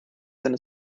seine